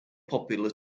popular